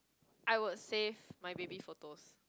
I would save my baby photos